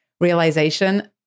realization